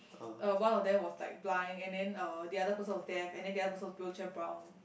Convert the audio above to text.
uh one of them was like blind and then uh the other person was deaf and then the other person was wheelchair bound